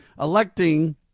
electing